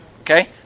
Okay